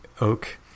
oak